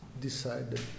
decided